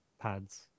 pads